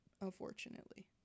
unfortunately